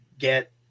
get